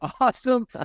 awesome